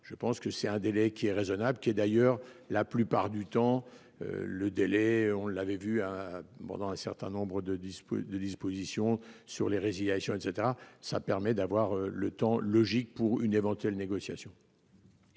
Je pense que c'est un délai qui est raisonnable, qui est d'ailleurs la plupart du temps. Le délai on l'avait vu, ah bon dans un certain nombre de disposer de dispositions sur les résiliations et cetera ça permet d'avoir le temps logique pour une éventuelle négociation.